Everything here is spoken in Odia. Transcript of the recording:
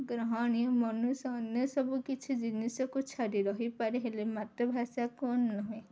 ଗ୍ରହଣୀୟ ମନୁଷ୍ୟ ଅନ୍ୟ ସବୁ କିଛି ଜିନିଷକୁ ଛାଡ଼ି ରହିପାରେ ହେଲେ ମାତୃଭାଷାକୁ ନୁହେଁ